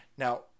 Now